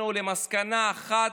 סיבות.